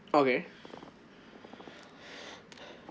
okay